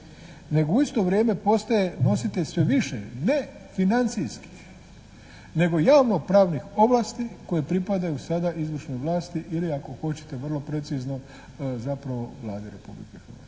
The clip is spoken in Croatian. nego u isto vrijeme postaje nositelj sve više ne financijske nego javnopravnih ovlasti koje pripadaju sada izvršnoj vlasti ili ako hoćete vrlo precizno zapravo Vlade Republike Hrvatske.